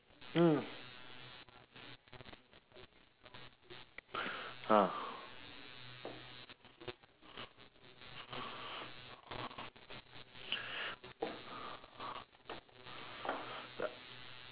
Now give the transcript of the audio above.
mm ah